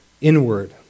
inward